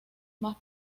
más